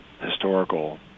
historical